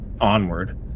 onward